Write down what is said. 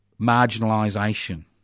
marginalisation